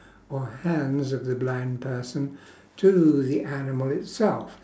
or hands of the blind person to the animal itself